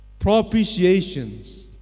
Propitiations